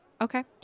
Okay